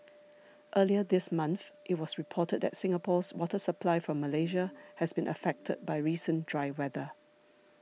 earlier this month it was reported that Singapore's water supply from Malaysia has been affected by recent dry weather